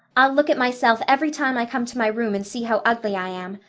i'll look at myself every time i come to my room and see how ugly i am.